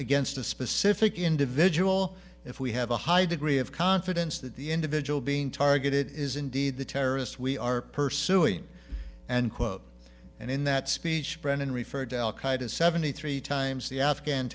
against a specific individual if we have a high degree of confidence that the individual being targeted is indeed the terrorist we are pursuing and quote and in that speech brennan referred to al qaeda seventy three times the afghan